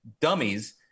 dummies